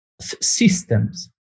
systems